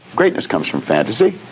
greatness comes from fantasy.